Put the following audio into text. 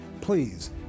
please